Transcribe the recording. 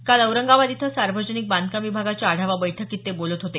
काल औरंगाबाद इथं सार्वजनिक बांधकाम विभागाच्या आढावा बैठकीत ते बोलत होते